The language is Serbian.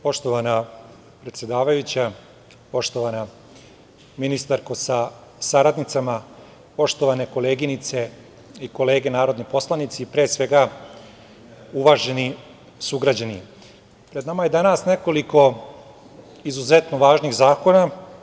Poštovana predsedavajuća, poštovana ministarko sa saradnicama, poštovane koleginice i kolege narodni poslanici, pre svega uvaženi sugrađani, pred nama je danas nekoliko izuzetno važnih zakona.